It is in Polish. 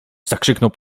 zakrzyknął